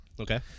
Okay